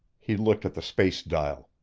he looked at the space-dial.